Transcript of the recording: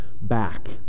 back